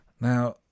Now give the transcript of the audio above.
Now